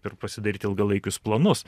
ir pasidaryti ilgalaikius planus